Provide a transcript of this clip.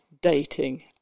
dating